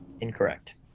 incorrect